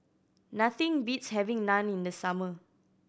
nothing beats having Naan in the summer